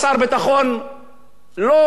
לא מראיינים אותו כמו שמראיינים את